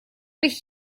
dich